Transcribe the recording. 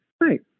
Right